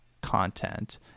content